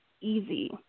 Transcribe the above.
easy